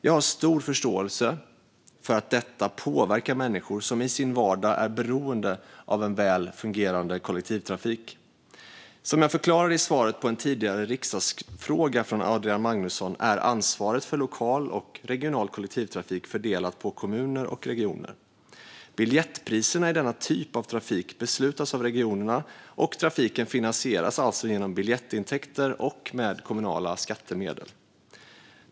Jag har stor förståelse för att detta påverkar människor som i sin vardag är beroende av en väl fungerande kollektivtrafik. Som jag förklarade i svaret på en tidigare riksdagsfråga från Adrian Magnusson är ansvaret för lokal och regional kollektivtrafik fördelat på kommuner och regioner. Biljettpriserna i denna typ av trafik beslutas av regionerna, och trafiken finansieras alltså genom biljettintäkter och kommunala skattemedel.